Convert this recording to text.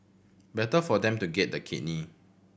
better for them to get the kidney